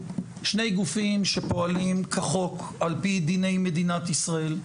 שני גופים שפועלים כחוק על פי דיני מדינת ישראל,